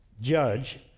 judge